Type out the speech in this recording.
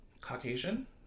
Caucasian